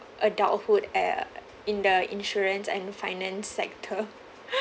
adulthood uh in the insurance and finance sector